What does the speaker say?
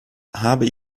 habe